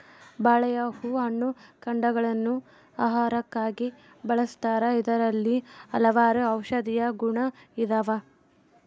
ಬಾಳೆಯ ಹೂ ಹಣ್ಣು ಕಾಂಡಗ ಳನ್ನು ಆಹಾರಕ್ಕಾಗಿ ಬಳಸ್ತಾರ ಇದರಲ್ಲಿ ಹಲವಾರು ಔಷದಿಯ ಗುಣ ಇದಾವ